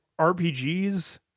RPGs